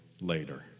later